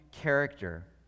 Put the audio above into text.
character